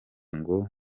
ngo